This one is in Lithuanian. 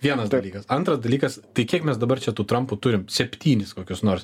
vienas dalykas antras dalykas tai kiek mes dabar čia tų trampų turim septynis kokius nors